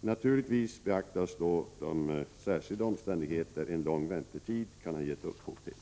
Naturligtvis beaktas då de särskilda omständigheter en lång väntetid kan ha gett upphov till.